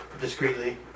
discreetly